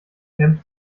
klemmt